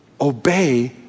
obey